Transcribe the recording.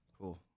Cool